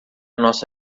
nossa